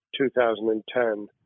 2010